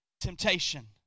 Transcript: temptation